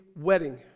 wedding